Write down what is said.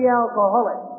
alcoholic